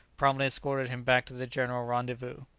promptly escorted him back to the general rendezvous.